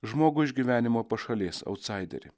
žmogų iš gyvenimo pašalės autsaiderį